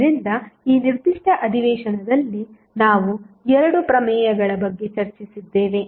ಆದ್ದರಿಂದ ಈ ನಿರ್ದಿಷ್ಟ ಉಪನ್ಯಾಸದಲ್ಲಿ ನಾವು 2 ಪ್ರಮೇಯಗಳ ಬಗ್ಗೆ ಚರ್ಚಿಸಿದ್ದೇವೆ